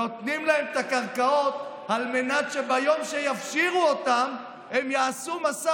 נותנים להם את הקרקעות על מנת שביום שיפשירו אותן הם יעשו משא